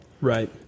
Right